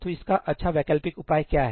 तो इसका अच्छा वैकल्पिक उपाय क्या है